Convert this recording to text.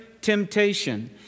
temptation